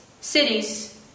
cities